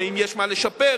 אם יש מה לשפר,